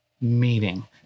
meeting